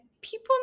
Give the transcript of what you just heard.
people